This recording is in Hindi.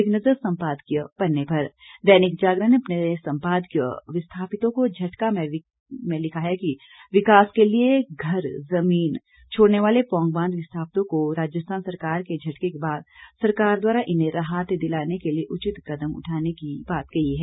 एक नजर संपादकीय पन्ने पर दैनिक जागरण ने अपने संपादकीय विस्थापितों को झटका में विकास के लिए घर जमीन छोड़ने वाले पौंग बांध विस्थापितों को राजस्थान सरकार के झटके के बाद सरकार द्वारा इन्हें राहत दिलाने के लिए उचित कदम उठाने की बात कही है